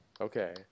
Okay